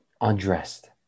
undressed